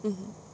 mmhmm